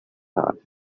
hot